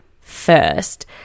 first